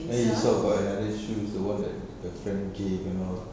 then you sell and buy another shoes the one that the friend gave you know